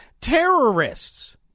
terrorists